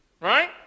Right